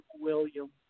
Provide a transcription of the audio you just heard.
William